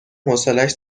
حوصلش